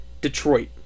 Detroit